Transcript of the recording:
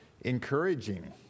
encouraging